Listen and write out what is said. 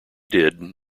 did